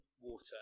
water